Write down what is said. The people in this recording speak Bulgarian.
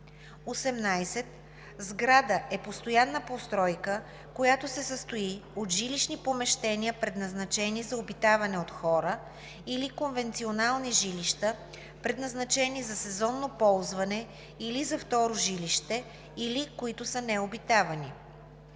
18. „Сграда“ е постоянна постройка, която се състои от жилищни помещения, предназначени за обитаване от хора, или конвенционални жилища, предназначени за сезонно ползване или за второ жилище, или които са необитавани.